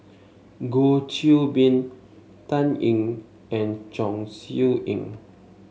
Goh Qiu Bin Dan Ying and Chong Siew Ying